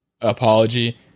apology